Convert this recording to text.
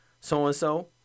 So-and-so